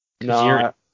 No